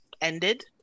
ended